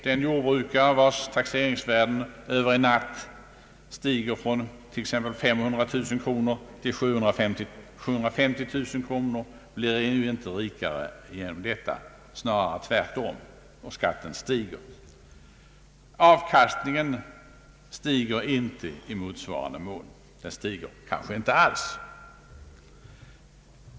Den jordbrukare vars taxeringsvärden över en natt stiger från t.ex. 500 000 kronor till 750 000 kronor blir ju inte rikare genom detta, snarare tvärtom, och skatten stiger. Avkastningen stiger inte i motsvarande mån — den stiger kanske inte alls.